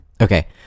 Okay